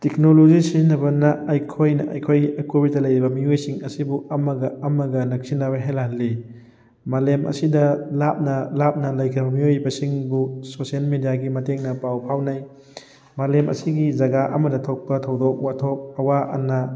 technology ꯁꯤꯖꯤꯟꯅꯕꯅ ꯑꯩꯈꯣꯏꯅ ꯑꯩꯈꯣꯏꯒꯤ ꯑꯀꯣꯏꯕꯗ ꯂꯩꯔꯤꯕ ꯃꯤꯑꯣꯏꯁꯤꯡ ꯑꯁꯤꯕꯨ ꯑꯃꯒ ꯑꯃꯒ ꯅꯛꯁꯤꯟꯅꯕ ꯍꯦꯜꯍꯜꯂꯤ ꯃꯥꯂꯦꯝ ꯑꯁꯤꯗ ꯂꯥꯞꯅ ꯂꯥꯞꯅ ꯂꯩꯈ꯭ꯔꯕ ꯃꯤꯑꯣꯏꯕꯁꯤꯡꯕꯨ ꯁꯣꯁꯤꯌꯦꯟ ꯃꯦꯗꯤꯌꯥꯒꯤ ꯃꯇꯦꯡꯅ ꯄꯥꯎ ꯐꯥꯎꯅꯩ ꯃꯥꯂꯦꯝ ꯑꯁꯤꯒꯤ ꯖꯒꯥ ꯑꯃꯗ ꯊꯣꯛꯄ ꯊꯧꯗꯣꯛ ꯋꯥꯊꯣꯛ ꯑꯋꯥ ꯑꯅꯥ